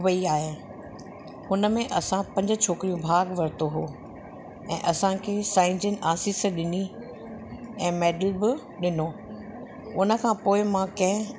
वई आहे हुन में असां पंज छोकिरियूं भाग वरितो हुओ ऐं असांखे साईं जन आसीस ॾिनी ऐं मेडल बि ॾिनो उन खां पोइ मां कंहिं